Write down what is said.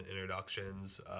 introductions